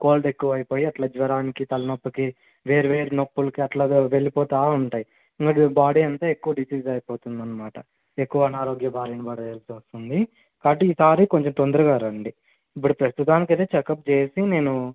cold ఎక్కువైపోయి అట్లా జ్వరానికి తలనొప్పికి వేర్వేరు నొప్పులకు అట్లాగా వెళ్ళిపోతూ ఉంటాయి ఇంకా బాడీ అంతా ఎక్కువ డిసీజ్ అయిపోతుంది అన్నమాట ఎక్కువ అనారోగ్య బారిన పడేయాల్సి వస్తుంది కాబట్టి ఈసారి కొంచెం తొందరగా రండి ఇప్పుడు ప్రస్తుతానికి అయితే చెకప్ చేసి నేను